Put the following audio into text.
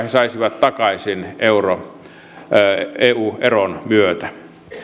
saisivat takaisin eu eron myötä